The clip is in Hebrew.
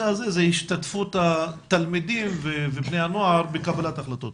הוא השתתפות התלמידים ובני הנוער בקבלת החלטות.